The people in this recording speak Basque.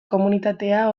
komunitatea